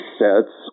sets